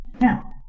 Now